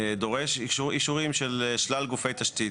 דורש אישורים של שלל גופי תשתית,